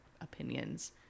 opinions